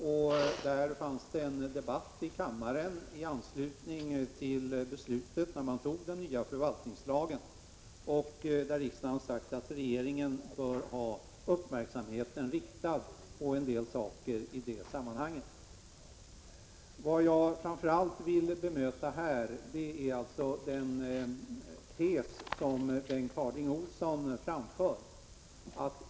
En debatt fördes i kammaren i anslutning till att den nya förvaltningslagen antogs, och riksdagen har sagt att regeringen bör ha uppmärksamheten riktad på en del saker i det sammanhanget. Vad jag framför allt vill bemöta här är alltså den tes som Bengt Harding Olson framför.